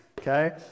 okay